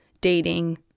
dating